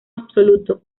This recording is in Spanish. absoluto